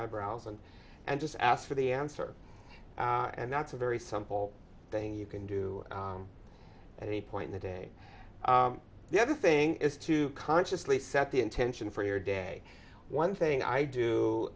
eyebrows and and just ask for the answer and that's a very simple thing you can do at any point in the day the other thing is to consciously set the intention for your day one thing i